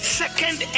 second